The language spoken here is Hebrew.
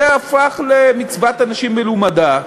זה הפך למצוות אנשים מלומדה,